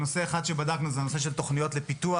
נושא אחד שבדקנו הוא הנושא של תוכניות לפיתוח,